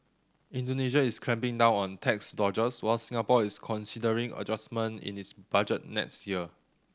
Indonesia is clamping down on tax dodgers while Singapore is considering adjustment in its budget next year